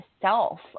self